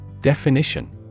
Definition